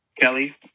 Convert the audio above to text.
Kelly